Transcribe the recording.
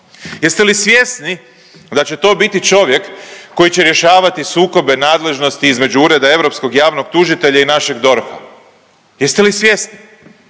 Jeste li svjesni da će to biti čovjek koji će rješavati sukobe nadležnosti između Ureda europskog javnog tužitelja i našeg DORH-a? Jeste li svjesni